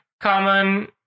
common